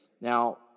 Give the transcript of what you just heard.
Now